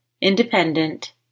Independent